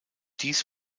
dies